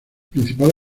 principal